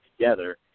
together